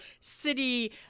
city